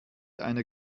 einer